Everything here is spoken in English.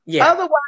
Otherwise